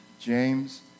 James